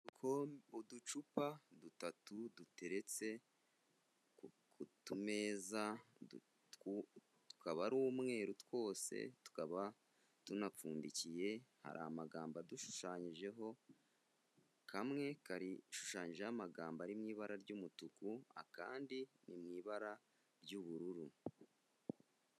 Uducupa dutatu duteretse ku tumeza tukaba ari umweru twose, tukaba tunapfundikiye, hari amagambo adushushanyijeho, kamwe gashushanyijeho amagambo ari mu ibara ry'umutuku, akandi ni mu ibara ry'ubururu.